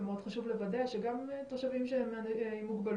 ומאוד חשוב לוודא שגם תושבים עם מוגבלות